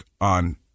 on